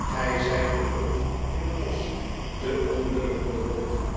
igij zijt de wolfin het bosch de ondeugende wolf